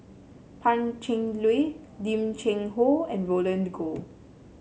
Pan Cheng Lui Lim Cheng Hoe and Roland Goh